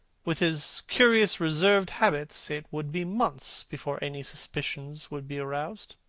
with his curious reserved habits, it would be months before any suspicions would be roused.